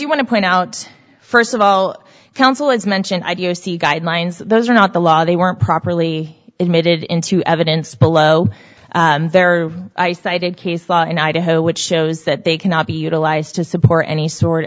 do want to point out first of all counsel has mentioned i do see guidelines those are not the law they weren't properly admitted into evidence below their i cited case law in idaho which shows that they cannot be utilized to support any sort